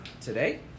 today